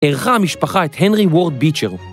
אירחה המשפחה את הנרי וורד ביטשר